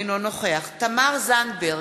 אינו נוכח תמר זנדברג,